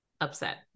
upset